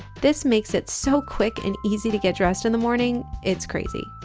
this makes it so quick and easy to get dressed in the morning it's crazy.